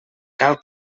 cal